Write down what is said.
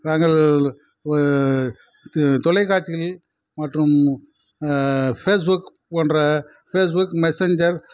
நாங்கள் தொ தொலைக்காட்சிகளில் மற்றும் பேஸ்புக் போன்ற பேஸ்புக் மெஸஞ்ஜர்